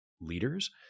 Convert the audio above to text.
leaders